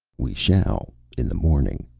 we shall, in the morning.